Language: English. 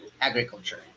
agriculture